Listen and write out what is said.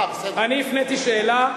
אני הפניתי שאלה.